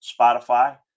Spotify